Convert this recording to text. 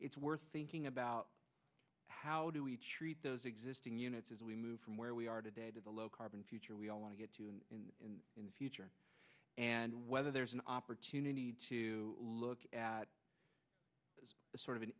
it's worth thinking about how do we treat those existing units as we move from where we are today to the low carbon future we all want to get to and in the future and whether there's an opportunity to look at the sort of an